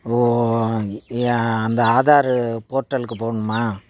ஓ ஓ ஏன் அந்த ஆதாரு போர்ட்டலுக்கு போகணுமா